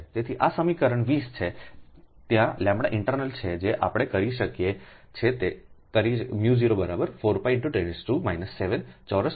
તેથી આ સમીકરણ 20 છે ત્યાં λint છે જે આપણે કરી શકીએ તે છે μ04π×10 7ચોરસ મીટરે હેન્રી